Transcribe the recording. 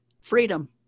Freedom